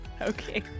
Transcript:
Okay